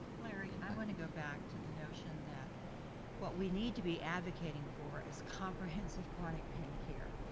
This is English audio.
larry, i wanna go back to the notion that what we need to be advocating for is comprehensive chronic pain care,